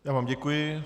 Já vám děkuji.